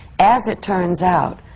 as it turns out,